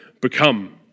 become